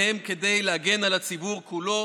והם כדי להגן על הציבור כולו,